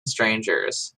strangers